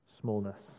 smallness